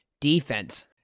defense